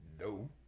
no